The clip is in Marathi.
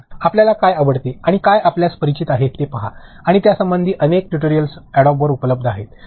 छान आपल्याला काय आवडते आणि काय आपल्यास परिचित आहेत ते पहा आणि त्यासंबंधी अनेक ट्यूटोरियल्स अडोबवरच उपलब्ध आहेत